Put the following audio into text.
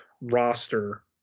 roster